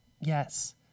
yes